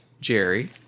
jerry